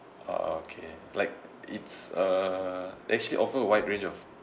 okay like it's uh actually offer a wide range of